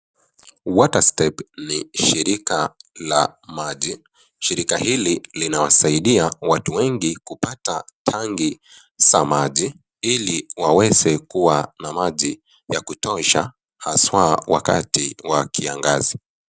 Water Step ni shirika la maji. Shirika hili linawasaidia watu wengi kupata tangi za maji. Iliwaweze kuwa na maji ya kutosha, Haswa wakati wa kiangazi.